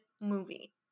movie